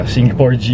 Singapore